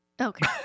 Okay